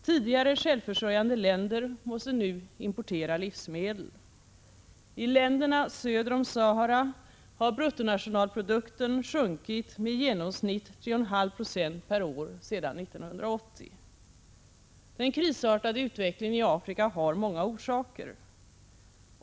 Tidigare självförsörjande länder måste nu importera livsmedel. I länderna söder om Sahara har bruttonationalprodukten sjunkit med i genomsnitt 3,5 26 per år sedan 1980. Den krisartade utvecklingen i Afrika har många orsaker.